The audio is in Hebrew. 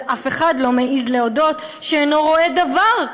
אבל אף אחד לא מעז להודות שאינו רואה דבר,